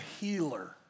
healer